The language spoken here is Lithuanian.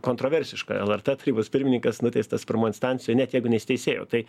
kontroversiška lrt tarybos pirmininkas nuteistas pirmoj instancijoj net jeigu neįsiteisėjo tai